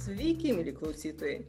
sveiki mieli klausytojai